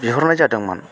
बिहरनाय जादोंमोन